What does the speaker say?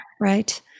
right